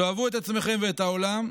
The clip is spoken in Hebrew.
תאהבו את עצמכם ואת העולם.